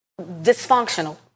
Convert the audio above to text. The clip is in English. dysfunctional